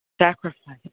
sacrifice